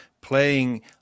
playing